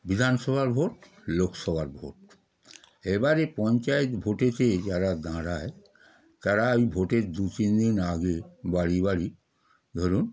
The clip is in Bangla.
বিধানসভার ভোট লোকসভার ভোট এবারে পঞ্চায়েত ভোটেতে যারা দাঁড়ায় তারা ওই ভোটের দু তিন দিন আগে বাড়ি বাড়ি ধরুন